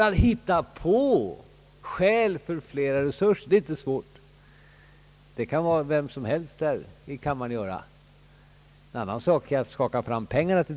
Att hitta på skäl för ytterligare resurser är inte svårt, det kan vem som helst här i kammaren göra. Det är en annan sak att skaka fram pengarna.